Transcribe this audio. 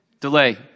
delay